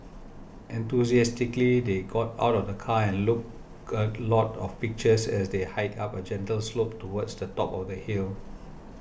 enthusiastically they got out of the car look a lot of pictures as they hiked up a gentle slope towards the top of the hill